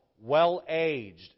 well-aged